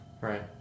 Right